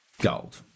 Gold